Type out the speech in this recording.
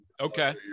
Okay